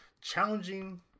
challenging